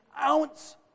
ounce